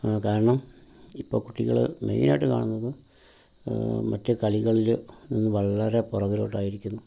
കാരണം ഇപ്പം കുട്ടികൾ മെയ്നായിട്ട് കാണുന്നത് മറ്റേ കളികളിൽ നിന്ന് വളരെ പുറകിലോട്ടായിരിക്കുന്നു